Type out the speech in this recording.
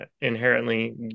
inherently